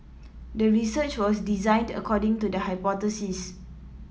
the research was designed according to the hypothesis